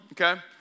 okay